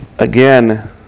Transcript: Again